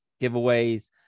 giveaways